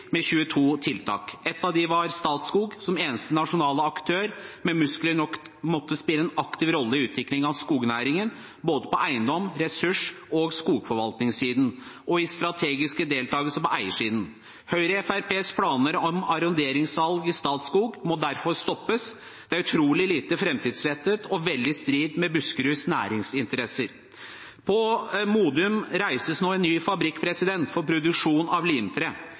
med 22 tiltak. Ett av dem var Statskog, som eneste nasjonale aktør med muskler nok til å kunne spille en aktiv rolle i utviklingen av skognæringen på både eiendoms-, ressurs- og skogforvaltningssiden og i strategisk deltakelse på eiersiden. Høyre og Fremskrittspartiets planer om arronderingssalg i Statskog må derfor stoppes. Det er utrolig lite framtidsrettet og veldig i strid med Buskeruds næringsinteresser. På Modum reises nå en ny fabrikk for produksjon av limtre.